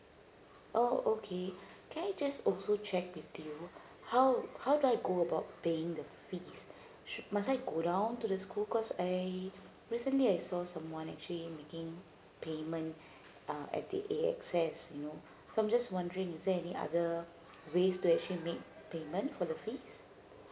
oh okay can I just also check with you how how do I go about paying the fees must I go down to the school cause I recently I saw someone actually making payment uh at the A_X_S you know so I'm just wondering is there any other ways to actually make payment for the fees